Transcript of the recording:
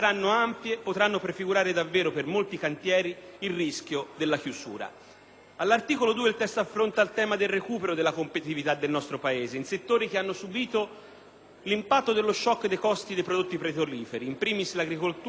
All'articolo 2 il testo affronta il tema del recupero della competitività del nostro Paese in settori che hanno subito l'impatto dello *shock* dei costi dei prodotti petroliferi, *in primis* l'agricoltura, la pesca e l'autotrasporto. Il provvedimento affronta - ed ovviamente non risolve